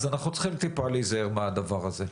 אנחנו צריכים טיפה להיזהר מהדבר הזה.